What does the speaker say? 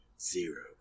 zero